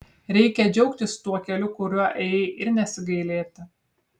reikia džiaugtis tuo keliu kuriuo ėjai ir nesigailėti